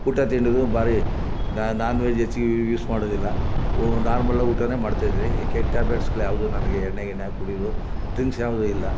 ಊಟ ತಿಂಡಿಗಳು ಭಾರಿ ನಾ ನಾನ್ವೆಜ್ ಹೆಚ್ಚಿಗೆ ಯೂಸ್ ಮಾಡೋದಿಲ್ಲ ಇವು ನಾರ್ಮಲ್ ಊಟವೇ ಮಾಡ್ತಾಯಿದೀನಿ ಕೆಟ್ಟ ಹ್ಯಾಬಿಟ್ಸುಗಳ್ಯಾವ್ದು ನನಗೆ ಎಣ್ಣೆ ಗಿಣ್ಣೆ ಕುಡ್ಯೋದು ಡ್ರಿಂಕ್ಸ್ ಯಾವುದೂ ಇಲ್ಲ